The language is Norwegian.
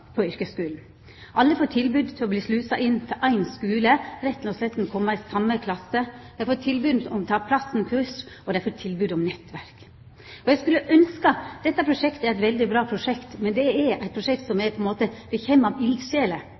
på yrkesskulen. Alle får tilbod om å bli slusa inn til éin skule, rett og slett for å komme i same klasse. Dei får tilbod om «Ta plassen-kurs», og dei får tilbod om nettverk. Dette er eit veldig bra prosjekt, men det er eit prosjekt som kjem an på eldsjeler. Det kjem ikkje av